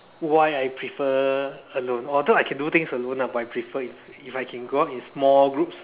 why I prefer alone although I can do things alone lah but I prefer if I can go out in small groups